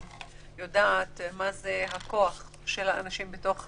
אני יודעת מה הכוח של האנשים בתוך הקהילה,